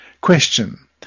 Question